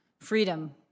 freedom